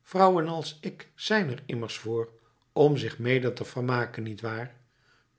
vrouwen als ik zijn er immers voor om zich mede te vermaken niet waar